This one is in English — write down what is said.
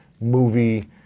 movie